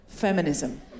Feminism